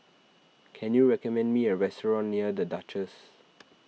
can you recommend me a restaurant near the Duchess